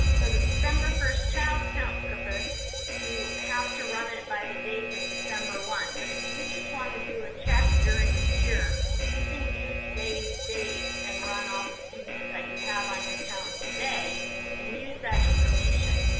for the december first child count purpose you have to run it by the date of december one but if you just want to do a check during the year you can do today's date and run all the students that you have on your count today and use that information.